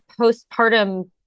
postpartum